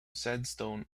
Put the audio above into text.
sandstone